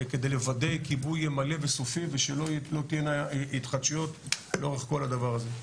כדי לוודא כיבוי מלא וסופי ושלא תהיינה התחדשויות לאורך כל הדבר הזה.